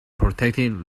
protecting